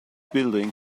building